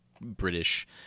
British